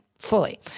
fully